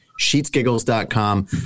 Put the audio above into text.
sheetsgiggles.com